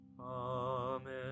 Amen